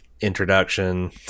introduction